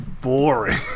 boring